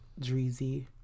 Dreezy